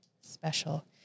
special